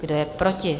Kdo je proti?